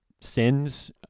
sins